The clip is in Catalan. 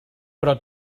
però